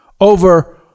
over